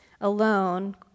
alone